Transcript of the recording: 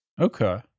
Okay